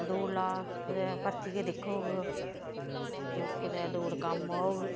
की दौड़ ला कुते भर्थी के दिक्खो ते कुतै दौड़ कम्म औग